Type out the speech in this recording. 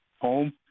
home